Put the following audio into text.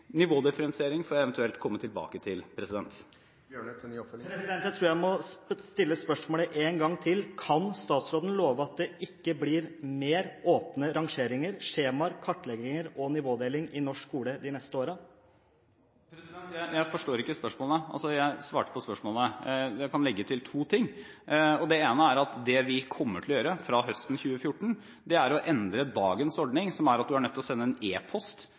nivådifferensiering får jeg eventuelt komme tilbake til. Jeg tror jeg må stille spørsmålet en gang til. Kan statsråden love at det ikke blir flere åpne rangeringer, skjemaer, kartlegginger og nivådeling i norsk skole de neste årene? Jeg forstår ikke spørsmålet. Jeg svarte på spørsmålet. Jeg kan legge til to ting. Det ene er at det vi kommer til å gjøre fra høsten 2014, er å endre dagens ordning, hvor du er nødt til å sende en